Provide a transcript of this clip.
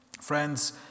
Friends